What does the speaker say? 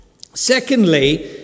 Secondly